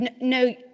No